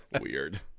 Weird